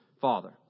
father